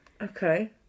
Okay